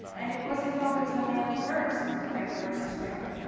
and it wasn't always the man first kramer vs. kramer.